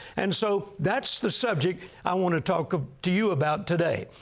and so that's the subject i want to talk ah to you about today,